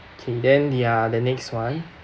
okay then ya the next one